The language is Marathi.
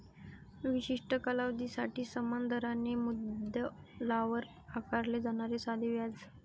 विशिष्ट कालावधीसाठी समान दराने मुद्दलावर आकारले जाणारे साधे व्याज